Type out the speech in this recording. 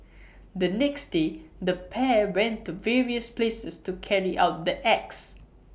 the next day the pair went to various places to carry out the acts